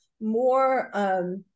more